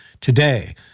today